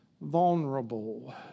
vulnerable